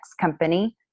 company